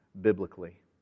biblically